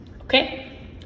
Okay